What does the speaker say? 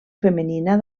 femenina